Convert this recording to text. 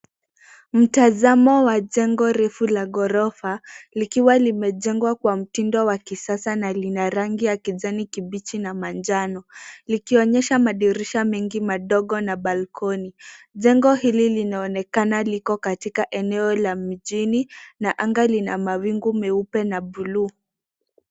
Mtanzamo wa jengo refu la ghorofa likiwa limejengwa kwa mtindo wa kisasa na lina rangi ya kijani kibichi na manjano likionyesha madirisha mengi madogo na balcony .Jengo hili linaonekana liko katika eneo la mjini na anga lina mawingu meupe na buluu.